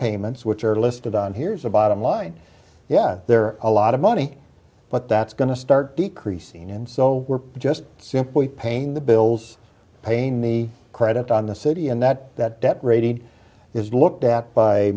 payments which are listed on here's the bottom line yes there are a lot of money but that's going to start decreasing and so we're just simply paying the bills paying me credit on the city and that that debt rating is looked at by